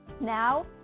Now